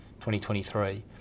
2023